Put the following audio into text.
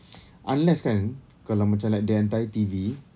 unless kan kalau like macam the entire T_V